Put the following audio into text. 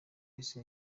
rice